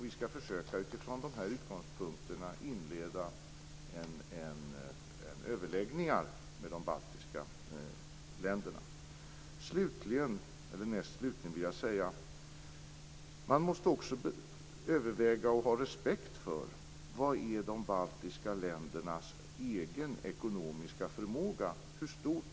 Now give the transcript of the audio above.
Vi skall försöka att utifrån de här utgångspunkterna inleda överläggningar med de baltiska länderna. Man måste också överväga och ha respekt för vad som är de baltiska ländernas egen ekonomiska förmåga.